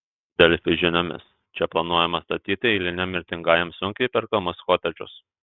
delfi žiniomis čia planuojama statyti eiliniam mirtingajam sunkiai įperkamus kotedžus